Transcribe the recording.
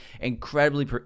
incredibly